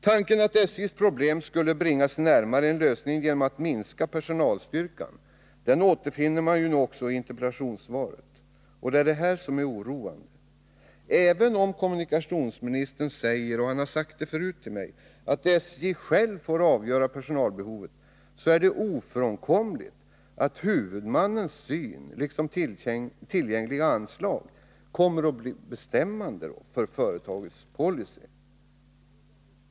Tanken att SJ:s problem skulle bringas närmare en lösning genom att personalstyrkan minskas återfinns också i interpellationssvaret. Det är oroande. Även om kommunikationsministern säger — och han har sagt det tidigare till mig — att SJ själv får avgöra personalbehovet, är det ofrånkomligt att huvudmannens syn liksom tillgängliga anslag kommer att bli bestämmande för företagets personalpolitik.